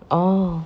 oh